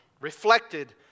reflected